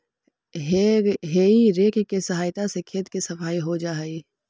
हेइ rake के सहायता से खेत के सफाई हो जा हई